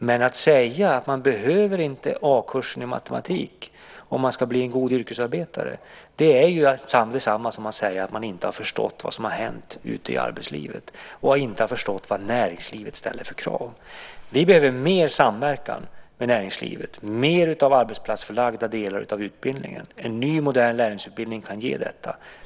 Men att säga att man inte behöver A-kursen i matematik om man ska bli en god yrkesarbetare är detsamma som att säga att man inte har förstått vad som har hänt ute i arbetslivet och inte har förstått vad näringslivet ställer för krav. Vi behöver mer samverkan med näringslivet, mer av arbetsplatsförlagda delar av utbildningen. En ny modern lärlingsutbildning kan ge detta.